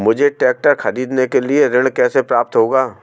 मुझे ट्रैक्टर खरीदने के लिए ऋण कैसे प्राप्त होगा?